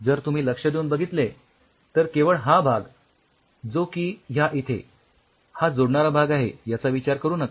जर तुम्ही लक्ष देऊन बघितले तर केवळ हा भाग जो की ह्या इथे हा जोडणारा भाग आहे याचा विचार करू नका